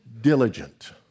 diligent